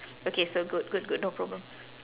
okay so good good good no problem